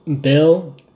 Bill